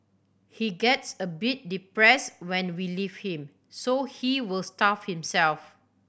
he gets a bit depress when we leave him so he will starve himself